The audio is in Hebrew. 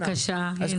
בבקשה, הינה.